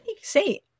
say